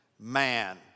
Man